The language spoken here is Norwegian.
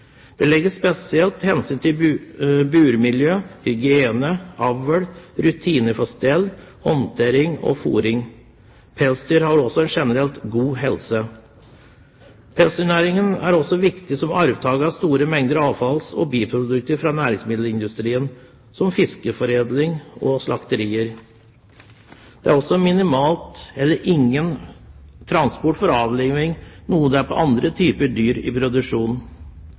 Det legges spesielt vekt på burmiljø, hygiene, avl, rutiner for stell og håndtering og fôring. Pelsdyr har også generelt en god helse. Pelsdyrnæringen er også viktig som avtaker av store mengder avfalls- og biprodukter fra næringsmiddelindustrien, som fiskeforedling og slakterier. Det er også minimal eller ingen transport for avlivning, noe det er for andre typer dyr i produksjon.